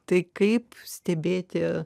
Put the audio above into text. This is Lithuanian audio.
tai kaip stebėti